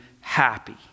happy